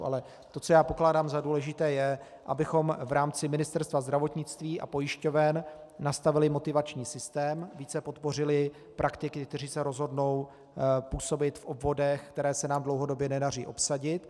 Ale to, co já pokládám za důležité je, abychom v rámci Ministerstva zdravotnictví a pojišťoven nastavili motivační systém, více podpořili praktiky, kteří se rozhodnou působit v obvodech, které se nám dlouhodobě nedaří obsadit.